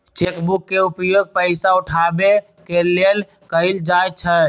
cheque book के उपयोग पइसा उठाबे के लेल कएल जाइ छइ